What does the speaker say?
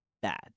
bad